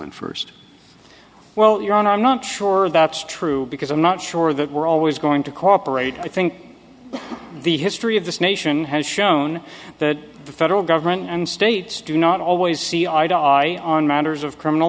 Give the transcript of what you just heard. honor i'm not sure that's true because i'm not sure that we're always going to cooperate and i think the history of this nation has shown that the federal government and states do not always see eye to eye on matters of criminal